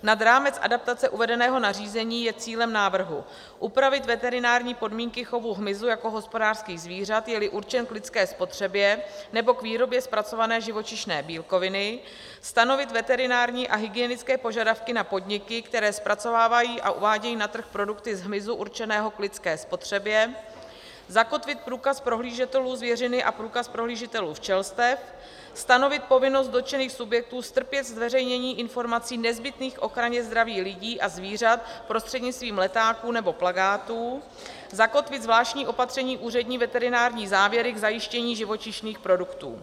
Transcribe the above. Nad rámec adaptace uvedeného nařízení je cílem návrhu upravit veterinární podmínky chovu hmyzu jako hospodářských zvířat, jeli určen k lidské spotřebě nebo k výrobě zpracované živočišné bílkoviny, stanovit veterinární a hygienické požadavky na podniky, které zpracovávají a uvádějí na trh produkty z hmyzu určeného k lidské spotřebě, zakotvit průkaz prohlížitelů zvěřiny a průkaz prohlížitelů včelstev, stanovit povinnost dotčených subjektů strpět zveřejnění informací nezbytných k ochraně zdraví lidí a zvířat prostřednictvím letáků nebo plakátů, zakotvit zvláštní opatření úřední veterinární závěry k zajištění živočišných produktů.